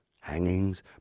hangings